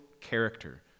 character